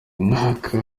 mwaka